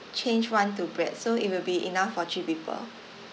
change one to bread so it will be enough for three people